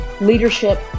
leadership